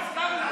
הסכמנו.